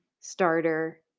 starter